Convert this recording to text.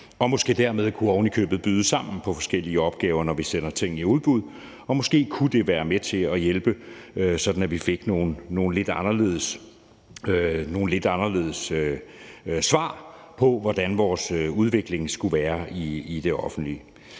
og måske dermed ovenikøbet kunne byde sammen på forskellige opgaver, når vi sender ting i udbud. Og måske kunne det være med til at hjælpe med til, at vi fik nogle lidt anderledes svar på, hvordan vores udvikling i det offentlige